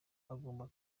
bagomba